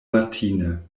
latine